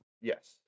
Yes